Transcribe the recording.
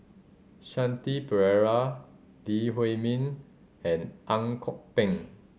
Shanti Pereira Lee Huei Min and Ang Kok Peng